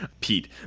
pete